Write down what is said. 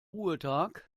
ruhetag